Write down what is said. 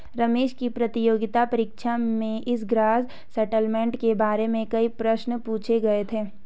रमेश की प्रतियोगिता परीक्षा में इस ग्रॉस सेटलमेंट के बारे में कई प्रश्न पूछे गए थे